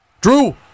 Drew